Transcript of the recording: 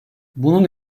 bunun